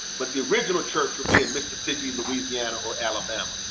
but the original church will be in mississippi, louisiana or alabama.